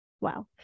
Wow